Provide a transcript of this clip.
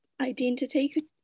identity